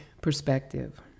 perspective